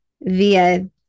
via